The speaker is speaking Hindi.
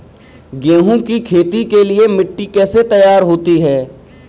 गेहूँ की खेती के लिए मिट्टी कैसे तैयार होती है?